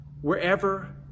wherever